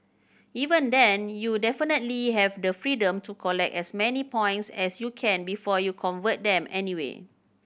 even then you definitely have the freedom to collect as many points as you can before you convert them anyway